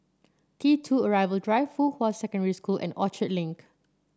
T two Arrival Drive Fuhua Secondary School and Orchard Link